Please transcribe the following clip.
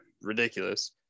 ridiculous